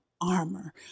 armor